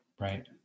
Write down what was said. Right